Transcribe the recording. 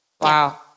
Wow